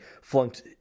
flunked